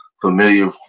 familiar